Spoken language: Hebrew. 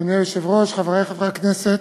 אדוני היושב-ראש, חברי חברי הכנסת,